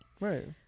Right